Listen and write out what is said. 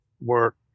work